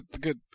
good